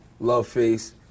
Loveface